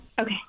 Okay